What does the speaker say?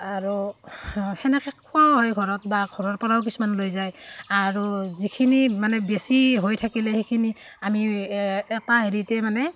আৰু সেনেকৈ খোৱাও হয় ঘৰত বা ঘৰৰপৰাও কিছুমান লৈ যায় আৰু যিখিনি মানে বেছি হৈ থাকিলে সেইখিনি আমি এটা হেৰিতে মানে